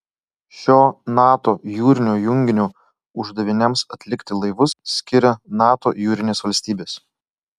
šio nato jūrinio junginio uždaviniams atlikti laivus skiria nato jūrinės valstybės